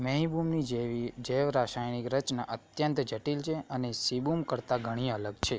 મેઇબુમની જેવી જૈવરાસાયણિક રચના અત્યંત જટિલ છે અને સીબુમ કરતાં ઘણી અલગ છે